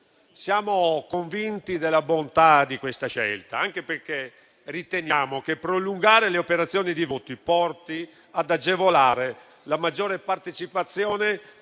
Siamo convinti della bontà di questa scelta, anche perché riteniamo che prolungare le operazioni di voto porti ad agevolare la maggiore partecipazione